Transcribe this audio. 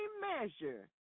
measure